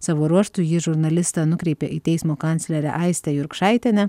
savo ruožtu jį žurnalistą nukreipė į teismo kanclerę aistę jurkšaitienę